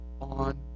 on